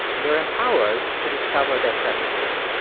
they're empowered to discover their preferences.